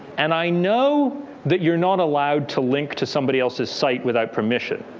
and i know that you're not allowed to link to somebody else's site without permission.